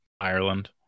Ireland